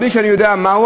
בלי שאני יודע מהי,